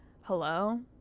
Hello